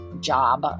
job